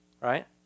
Right